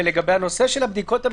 לגבי הנושא של הבדיקות,